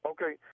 Okay